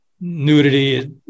nudity